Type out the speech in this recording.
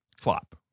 flop